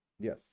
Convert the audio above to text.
Yes